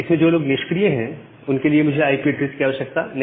इसमें जो लोग निष्क्रिय हैं उनके लिए मुझे आईपी ऐड्रेस की आवश्यकता नहीं